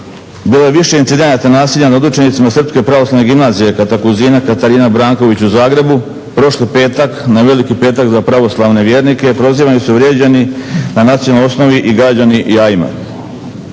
bilo je više incidenata nasilja nad učenicima srpske pravoslavne gimnazije …/Govornik se ne razumije./… Katarina Branković u Zagrebu prošli petak na Veliki petak za pravoslavne vjernike, prozivani su i vrijeđani na nacionalnoj osnovi i gađani jajima.